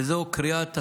זו קריאת השכמה,